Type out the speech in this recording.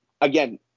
again